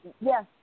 Yes